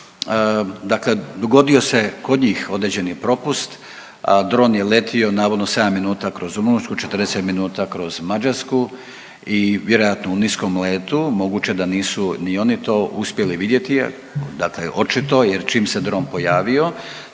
Dakle, dogodio se kod njih određeni propust. Dron je letio navodno 7 minuta kroz Rumunjsku, 40 minuta kroz Mađarsku i vjerojatno u nismo letu, moguće da nisu ni oni to uspjeli vidjeti, dakle očito jer čim se dron pojavio.